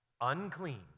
unclean